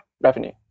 revenue